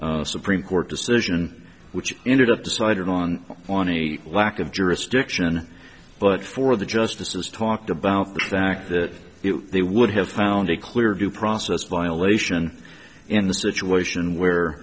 supreme court decision which ended up deciding on on a lack of jurisdiction but for the justices talked about the fact that they would have found a clear due process violation and the situation where